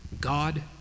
God